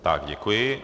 Tak děkuji.